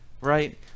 right